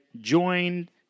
joined